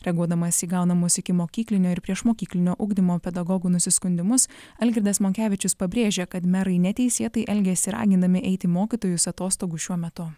reaguodamas į gaunamus ikimokyklinio ir priešmokyklinio ugdymo pedagogų nusiskundimus algirdas monkevičius pabrėžė kad merai neteisėtai elgiasi ragindami eiti mokytojus atostogų šiuo metu